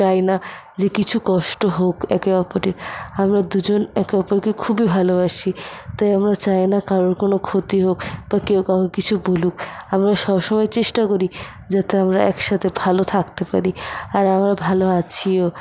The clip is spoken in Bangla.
চাই না যে কিছু কষ্ট হোক একে অপরের আমরা দুজন একে অপরকে খুবই ভালোবাসি তাই আমরা চাই না কারোর কোনো ক্ষতি হোক বা কেউ কাউকে কিছু বলুক আমরা সব সময় চেষ্টা করি যাতে আমরা একসাথে ভালো থাকতে পারি আর আমরা ভালো আছিও